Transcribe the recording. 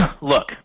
Look